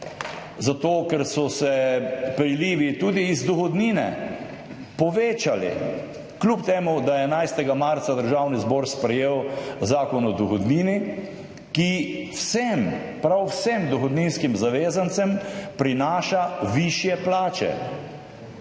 Zato ker so se prilivi tudi iz dohodnine povečali, kljub temu da je 11. marca Državni zbor sprejel Zakon o dohodnini, ki vsem, prav vsem dohodninskim zavezancem prinaša višje plače.